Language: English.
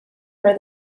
for